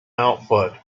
output